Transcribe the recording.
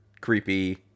creepy